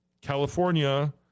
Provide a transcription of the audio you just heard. California